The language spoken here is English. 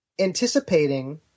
anticipating